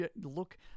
look